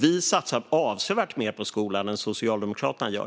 Vi satsar avsevärt mer på skolan än vad Socialdemokraterna gör.